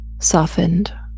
softened